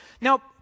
Now